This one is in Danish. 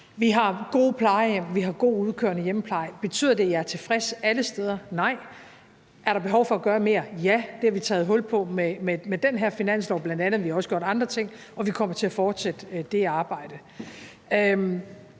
vi har gode plejehjem og en god udkørende hjemmepleje. Betyder det, at jeg er tilfreds alle steder? Nej. Er der behov for at gøre mere? Ja, og det har vi taget hul på, bl.a. med den her finanslov. Vi har også gjort andre ting, og vi kommer til at fortsætte det arbejde.